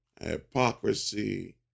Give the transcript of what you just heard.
hypocrisy